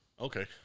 Okay